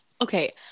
okay